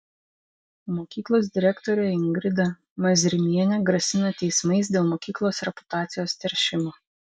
mokyklos direktorė ingrida mazrimienė grasina teismais dėl mokyklos reputacijos teršimo